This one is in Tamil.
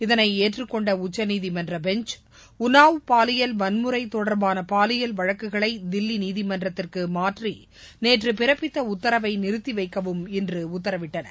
இதனை ஏற்றுக்கொண்ட உச்சநீதிமன்ற பெஞ்ச் உன்னாவ் பாலியல் வன்முறை தொடர்பான பாலியல் வழக்குகளை தில்லி நீதிமன்றத்திற்கு மாற்றி நேற்று பிறப்பித்த உத்தரவை நிறுத்தி வைக்கவும் இன்று உத்தரவிட்டனர்